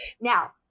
now